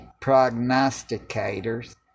prognosticators